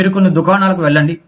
మీరు కొన్ని దుకాణాలకు వెళ్ళండి